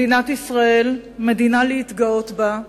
מדינת ישראל, מדינה להתגאות בה,